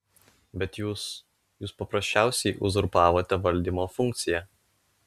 bet jūs jūs paprasčiausiai uzurpavote valdymo funkciją